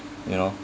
you know